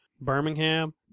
Birmingham